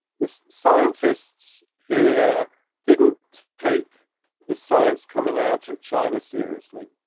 the scientists here didn't take the science coming out of china seriously.